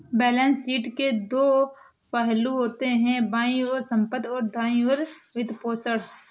balance sheet के दो पहलू होते हैं, बाईं ओर संपत्ति, और दाईं ओर वित्तपोषण